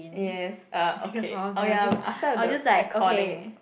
yes uh okay oh ya after the recording